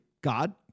God